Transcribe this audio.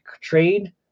trade